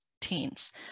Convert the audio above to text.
teens